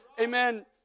amen